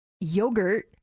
yogurt